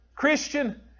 Christian